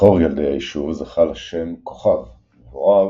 בכור ילדי היישוב זכה לשם "כוכב" והוריו,